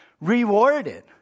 rewarded